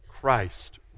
Christ